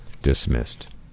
Dismissed